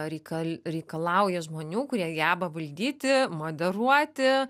reikali reikalauja žmonių kurie geba valdyti moderuoti